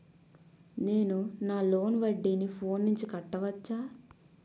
నేను నా లోన్ వడ్డీని ఫోన్ నుంచి కట్టవచ్చా?